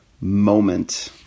Moment